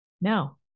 no